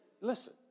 listen